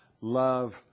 love